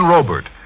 Robert